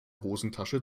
hosentasche